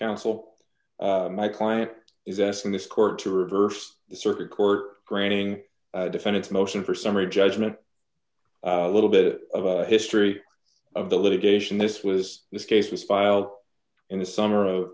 counsel my client is asking this court to reverse the circuit court granting defendants motion for summary judgment little bit of a history of the litigation this was this case was filed in the summer of